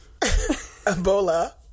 ebola